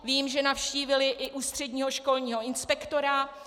Vím, že navštívili i ústředního školního inspektora.